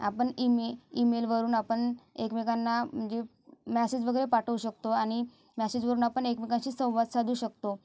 आपण इमे ईमेलवरून आपण एकमेकांना म्हणजे मॅसेज वगैरे पाठवू शकतो आणि मेसेजवरून आपण एकमेकांशी संवाद साधू शकतो